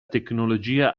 tecnologia